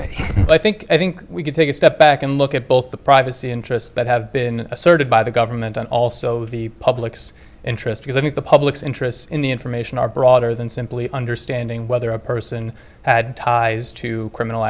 but i think i think we can take a step back and look at both the privacy interests that have been asserted by the government and also the public's interest because i think the public's interest in the information are broader than simply understanding whether a person had ties to criminal